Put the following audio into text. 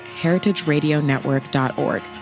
heritageradionetwork.org